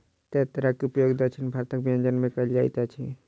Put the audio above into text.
तेतैरक उपयोग दक्षिण भारतक व्यंजन में कयल जाइत अछि